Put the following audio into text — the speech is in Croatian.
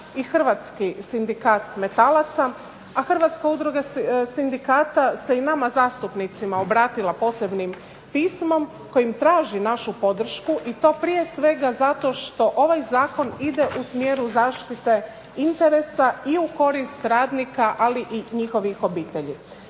i Hrvatski sindikat metalaca, a Hrvatska udruga sindikata se i nama zastupnicima obratila posebnim pismom, kojim traži našu podršku i to prije svega zato što ovaj zakon ide u smjeru zaštite interesa, i u korist radnika, ali i njihovih obitelji.